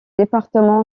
département